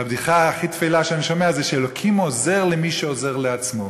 והבדיחה הכי תפלה שאני שומע זה שאלוקים עוזר למי שעוזר לעצמו.